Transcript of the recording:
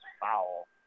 foul